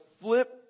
flip